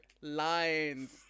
Lines